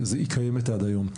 היא קיימת עד היום.